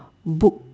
book